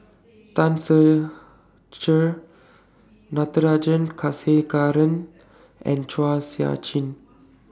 Tan Ser Cher Natarajan Chandrasekaran and Chua Sian Chin